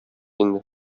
инде